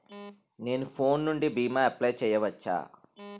నేను ఫోన్ నుండి భీమా అప్లయ్ చేయవచ్చా?